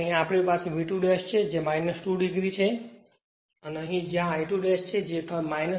અહીં આપણી પાસે V2 છે જે 2 o છે અને અહીં જ્યાં I2 છે જે 36